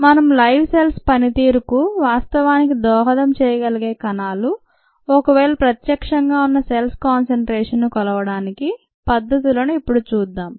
మనం live cells పనితీరుకు వాస్తవానికి దోహదం చేయగలిగే కణాలు ఒకవేళ ప్రత్యక్షంగా ఉన్న సెల్స్ కాన్సెన్ట్రేషన్ ను కొలవడానికి పద్ధతులను ఇప్పుడు చూద్దాం